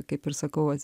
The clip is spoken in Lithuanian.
kaip ir sakau